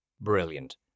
brilliant